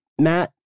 Matt